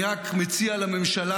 אני רק מציע לממשלה,